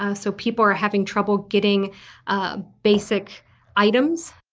ah so people are having trouble getting ah basic items